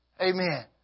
Amen